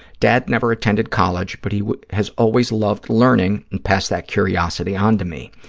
dad never attended college, but he has always loved learning and passed that curiosity on to me.